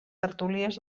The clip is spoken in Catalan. tertúlies